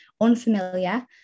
unfamiliar